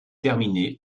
terminé